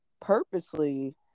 Purposely